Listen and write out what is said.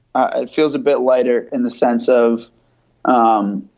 ah it feels a bit lighter in the sense of um